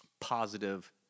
positive